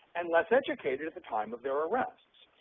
and less educated at the time of their arrest.